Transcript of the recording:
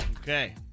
Okay